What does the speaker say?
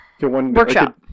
workshop